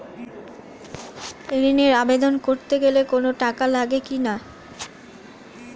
ঋণের আবেদন করতে গেলে কোন টাকা লাগে কিনা?